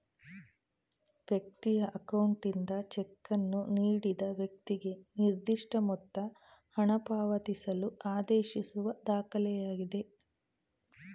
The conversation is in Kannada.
ವ್ಯಕ್ತಿಯ ಅಕೌಂಟ್ನಿಂದ ಚೆಕ್ಕನ್ನು ನೀಡಿದ ವ್ಯಕ್ತಿಗೆ ನಿರ್ದಿಷ್ಟಮೊತ್ತ ಹಣಪಾವತಿಸಲು ಆದೇಶಿಸುವ ದಾಖಲೆಯಾಗಿದೆ